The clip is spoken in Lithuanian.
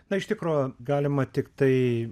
na iš tikro galima tiktai